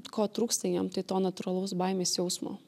ko trūksta jiem tai to natūralaus baimės jausmo